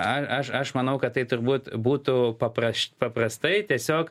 aš aš manau kad tai turbūt būtų paprastai tiesiog